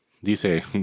dice